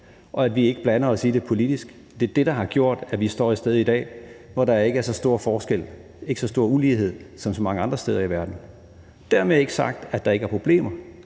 og at vi ikke blander os i det politisk – er det, der har gjort, at vi står et sted i dag, hvor der ikke er så stor forskel og ulighed som så mange andre steder i verden. Dermed ikke sagt, at der ikke er problemer.